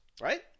right